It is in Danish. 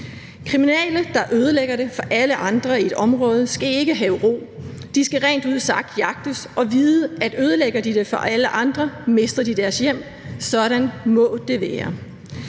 Kriminelle, der ødelægger det for alle andre i et område, skal ikke have ro. De skal rent ud sagt jagtes og vide, at ødelægger de det for alle andre, mister de deres hjem – sådan må det være.